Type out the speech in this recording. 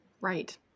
right